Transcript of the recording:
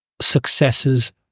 successes